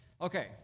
Okay